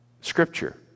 Scripture